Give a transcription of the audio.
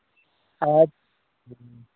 ᱟᱪᱪᱷᱟ